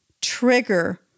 trigger